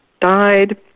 died